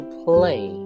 play